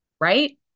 right